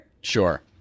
Sure